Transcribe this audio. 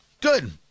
Good